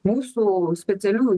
mūsų specialiųjų